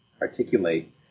articulate